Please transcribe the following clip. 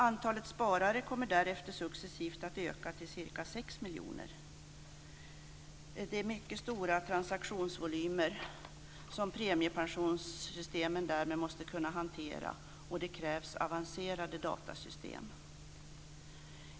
Antalet sparare kommer därefter successivt att öka till ca 6 miljoner. Det är mycket stora transaktionsvolymer som premiepensionssystemen därmed måste kunna hantera, och det krävs avancerade datasystem.